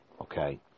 okay